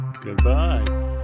goodbye